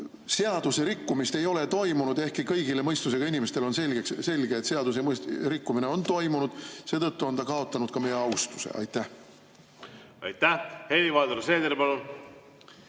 seadusrikkumist ei ole toimunud, ehkki kõigile mõistusega inimestele on selge, et seadusrikkumine on toimunud. Seetõttu on ta kaotanud ka meie austuse. Aitäh! Helir-Valdor Seeder, palun!